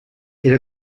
era